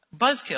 buzzkill